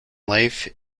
life